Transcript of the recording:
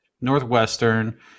Northwestern